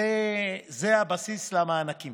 וזה הבסיס למענקים.